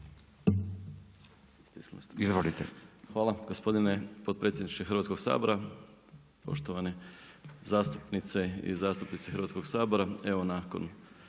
Tugomir** Hvala gospodine potpredsjedniče Hrvatskog sabora, poštovane zastupnice i zastupnici Hrvatskog sabora. Evo nakon